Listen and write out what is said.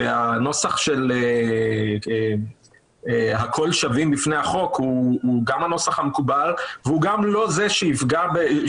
שהנוסח שהכול שווים בפני החוק הוא גם הנוסח המקובל והוא גם לא זה שישנה